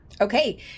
Okay